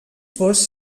fosc